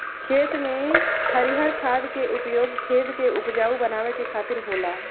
खेत में हरिर खाद के उपयोग खेत के उपजाऊ बनावे के खातिर होला